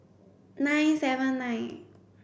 nine seven nine